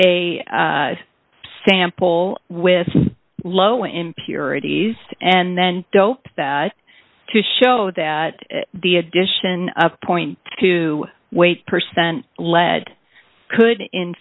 n a sample with low impurities and then doped that to show that the addition of a point to weight percent lead could in